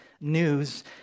news